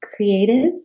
creatives